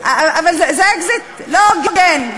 אבל זה אקזיט לא הוגן,